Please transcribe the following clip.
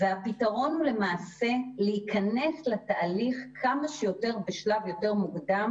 והפתרון הוא למעשה להיכנס לתהליך בשלב כמה שיותר מוקדם